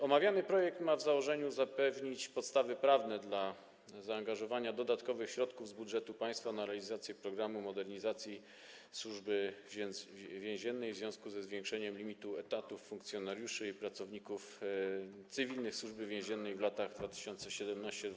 Omawiany projekt ma w założeniu zapewnić podstawy prawne do zaangażowania dodatkowych środków z budżetu państwa na realizację programu modernizacji Służby Więziennej w związku ze zwiększeniem limitu etatów funkcjonariuszy i pracowników cywilnych Służby Więziennej w latach 2017–2018.